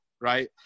Right